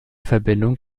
verbindung